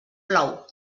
plou